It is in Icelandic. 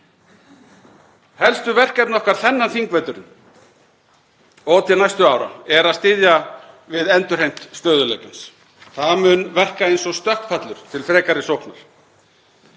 Helstu verkefni okkar þennan þingveturinn og til næstu ára er að styðja við endurheimt stöðugleikans. Það mun verka eins og stökkpallur til frekari sóknar,